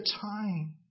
time